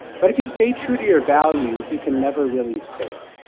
but if you stay true to your values, you can never really fail,